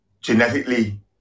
genetically